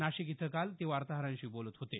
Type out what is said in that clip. नाशिक इथं काल ते वार्ताहरांशी बोलत होते